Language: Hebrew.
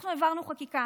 אנחנו העברנו חקיקה